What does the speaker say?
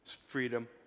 freedom